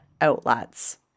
outlets